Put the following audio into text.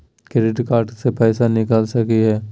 Credit card से पैसा निकल सकी हय?